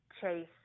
chase